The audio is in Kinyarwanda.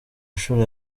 nshuro